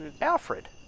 Alfred